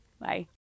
Bye